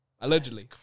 Allegedly